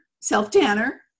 self-tanner